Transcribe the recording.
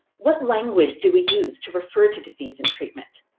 what language do we use to refer to disease and treatment?